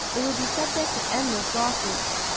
it would be subject to endless lawsuits.